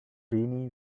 renee